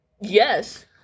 Yes